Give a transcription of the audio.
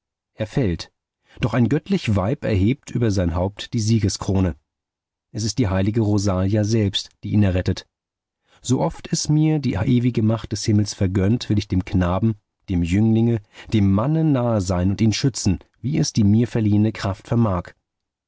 er fällt doch ein göttlich weib erhebt über sein haupt die siegeskrone es ist die heilige rosalia selbst die ihn errettet sooft es mir die ewige macht des himmels vergönnt will ich dem knaben dem jünglinge dem manne nahe sein und ihn schützen wie es die mir verliehene kraft vermag